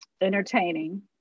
entertaining